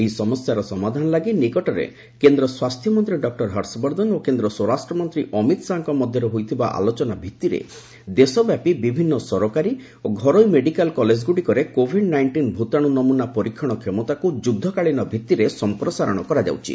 ଏହି ସମସ୍ୟାର ସମାଧାନ ଲାଗି ନିକଟରେ କେନ୍ଦ୍ର ସ୍ୱାସ୍ଥ୍ୟ ମନ୍ତ୍ରୀ ଡକ୍ଟର ହର୍ଷବର୍ଦ୍ଧନ ଓ କେନ୍ଦ୍ର ସ୍ୱରାଷ୍ଟ୍ର ମନ୍ତ୍ରୀ ଅମିତ ଶାହାଙ୍କ ମଧ୍ୟରେ ହୋଇଥିବା ଆଲୋଚନା ଭିତ୍ତିରେ ଦେଶ ବ୍ୟାପି ବିଭିନୁ ସରକାରୀ ଓ ଘରୋଇ ମେଡିକାଲ କଲେଜଗୁଡ଼ିକରେ କୋଭିଡ୍ ନାଇଷ୍ଟିନ୍ ଭୂତାଣୁ ନମୁନା ପରୀକ୍ଷଣ କ୍ଷମତାକୁ ଯୁଦ୍ଧକାଳୀନ ଭିତ୍ତିରେ ସମ୍ପ୍ରସାରଣ କରାଯାଉଛି